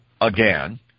again